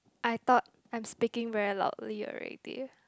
I thought I'm speaking very loudly already